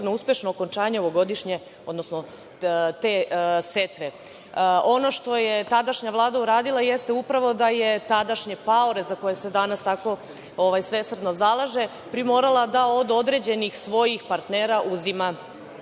uspešno okončanje ovogodišnje, odnosno te setve. Ono što je tadašnja vlada uradila jeste upravo da je tadašnje paore, za koje se danas tako svesrdno zalaže, primorala da od određenih svojih partnera uzima